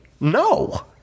no